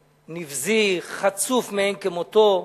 נבזי, חצוף מאין כמותו.